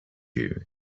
you